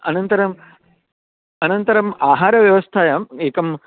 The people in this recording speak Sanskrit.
अनन्तरम् अनन्तरम् आहारव्यवस्थायाम् एकं